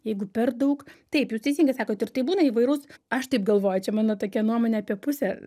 jeigu per daug taip jūs teisingai sakot ir tai būna įvairaus aš taip galvoju čia mano tokia nuomonė apie pusę